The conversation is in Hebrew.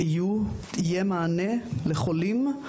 יהיה מענה לחולים,